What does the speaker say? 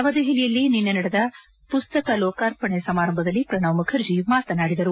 ನವದೆಹಲಿಯಲ್ಲಿ ನಿನ್ನೆ ನಡೆದ ಪುಸ್ತಕ ಲೋಕಾರ್ಪಣೆ ಸಮಾರಂಭದಲ್ಲಿ ಪ್ರಣಬ್ ಮುಖರ್ಜಿ ಮಾತನಾಡಿದರು